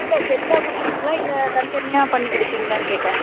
இல்லை செட்டாக கொடுத்துருவீங்களா இல்லை தனித்தனியாக பண்ணி கொடுப்பீங்களான்னு கேட்டேன்